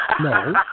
No